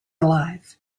alive